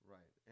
Right